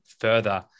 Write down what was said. further